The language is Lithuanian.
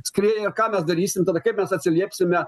skrieja ką mes darysim tada kai mes atsiliepsime